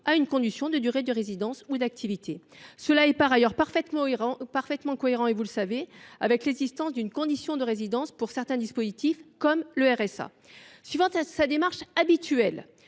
à une condition de durée de résidence ou d’activité ». C’est d’ailleurs parfaitement cohérent, et vous le savez, avec l’existence d’une condition de résidence pour certains dispositifs, comme le RSA. Suivant sa démarche habituelle,